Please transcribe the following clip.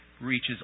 reaches